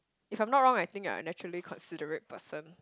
if I am not wrong I think I'm naturally considerate person